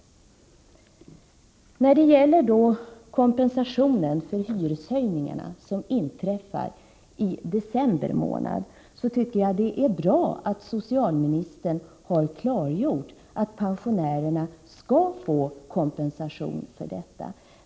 När det gäller kompensation för de hyreshöjningar som inträffar i december månad tycker jag det är bra att socialministern har klargjort att pensionärerna skall få kompensation för dem.